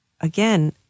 again